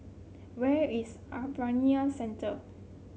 where is Bayanihan Center